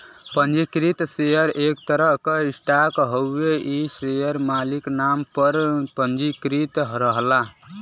पंजीकृत शेयर एक तरह क स्टॉक हउवे इ शेयर मालिक नाम पर पंजीकृत रहला